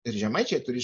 ir žemaičiai turi